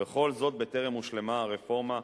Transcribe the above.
וכל זאת בטרם הושלמה הרפורמה,